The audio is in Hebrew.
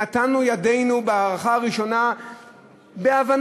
שנתנו ידנו להארכה הראשונה בהבנה,